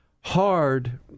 Hard